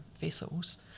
vessels